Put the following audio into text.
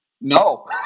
No